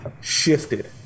shifted